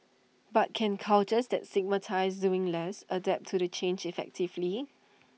but can cultures that stigmatise doing less adapt to the change effectively